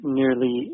nearly